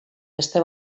beste